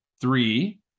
three